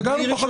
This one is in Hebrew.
לא.